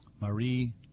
Marie